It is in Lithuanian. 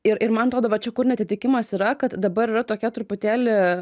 ir ir man atrodo va čia kur neatitikimas yra kad dabar yra tokia truputėlį